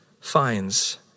finds